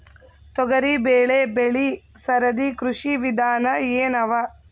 ತೊಗರಿಬೇಳೆ ಬೆಳಿ ಸರದಿ ಕೃಷಿ ವಿಧಾನ ಎನವ?